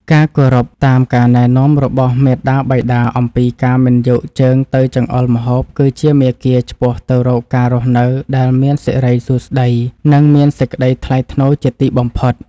ការគោរពតាមការណែនាំរបស់មាតាបិតាអំពីការមិនយកជើងទៅចង្អុលម្ហូបគឺជាមាគ៌ាឆ្ពោះទៅរកការរស់នៅដែលមានសិរីសួស្តី និង មានសេចក្តីថ្លៃថ្នូរជាទីបំផុត។